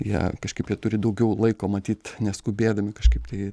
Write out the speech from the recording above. jie kažkaip jie turi daugiau laiko matyt neskubėdami kažkaip tai